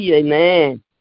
Amen